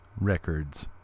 Records